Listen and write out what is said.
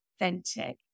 authentic